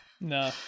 No